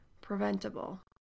preventable